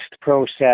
process